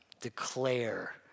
declare